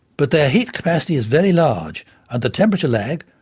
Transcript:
but their heat capacity is very large and the temperature lag,